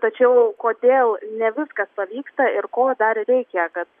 tačiau kodėl ne viskas pavyksta ir ko dar reikia kad